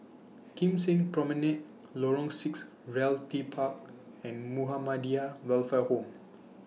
Kim Seng Promenade Lorong six Realty Park and Muhammadiyah Welfare Home